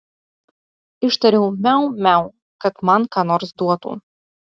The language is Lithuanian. ištariau miau miau kad man ką nors duotų